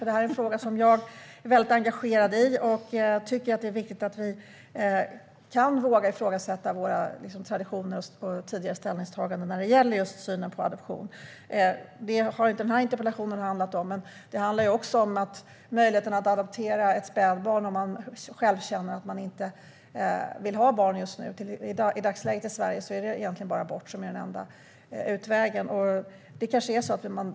Detta är en fråga som jag är engagerad i, och jag tycker att det är viktigt att vi kan våga ifrågasätta våra traditioner och tidigare ställningstaganden när det gäller just synen på adoption. Det handlar också om möjligheten att adoptera ett spädbarn om någon själv känner att man inte vill ha barn i dagsläget, men det handlar inte denna interpellation om. I dagsläget är det egentligen bara abort som är den enda utvägen i Sverige.